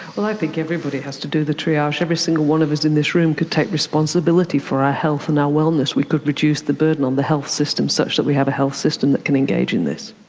well, i think everybody has to do the triage. every single one of us in this room could take responsibility for our health and our wellness. we could reduce the burden on the health system such that we have a health system that can engage in this.